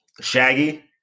Shaggy